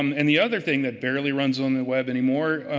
um and the other thing that barely runs on the web anymore,